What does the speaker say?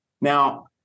Now